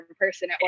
person